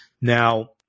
Now